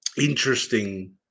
interesting